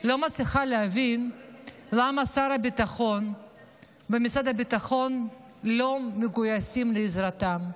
לא מצליחה להבין למה שר הביטחון ומשרד הביטחון לא מגויסים לעזרתם.